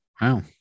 Wow